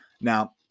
Now